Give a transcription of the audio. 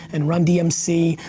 and run-dmc.